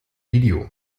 video